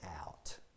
out